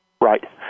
Right